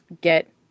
get